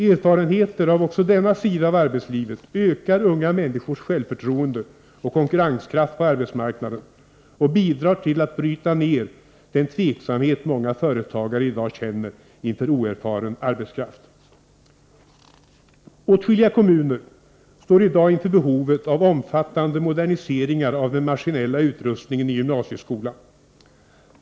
Erfarenheter av också denna sida av arbetslivet ökar unga människors självförtroende och konkurrenskraft på arbetsmarknaden och bidrar till att bryta ner den tveksamhet många företagare i dag känner inför oerfaren arbetskraft. Åtskilliga kommuner står i dag inför behovet av omfattande moderniseringar av den maskinella utrustningen i gymnasieskolan.